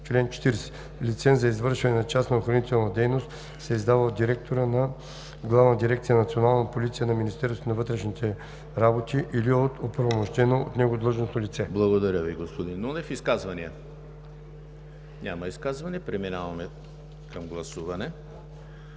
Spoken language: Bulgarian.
„Чл. 40. Лиценз за извършване на частна охранителна дейност се издава от директора на Главна дирекция „Национална полиция“ на Министерството на вътрешните работи (МВР) или от оправомощено от него длъжностно лице.“ ПРЕДСЕДАТЕЛ ЕМИЛ ХРИСТОВ: Изказвания? Няма изказвания. Преминаваме към гласуване.